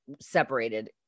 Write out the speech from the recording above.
separated